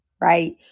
Right